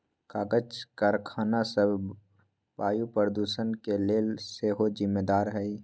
कागज करखना सभ वायु प्रदूषण के लेल सेहो जिम्मेदार हइ